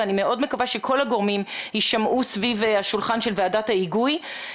ואני מאוד מקווה שכל הגורמים יישמעו סביב השולחן של ועדת ההיגוי.